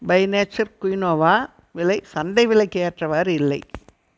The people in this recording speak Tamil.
பை நேச்சர் குயினோவா விலை சந்தை விலைக்கு ஏற்றவாறு இல்லை